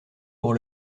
pour